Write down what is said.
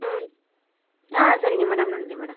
ம் ஆ சரிங்க மேடம் நன்றி மேடம்